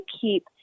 keep